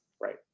Right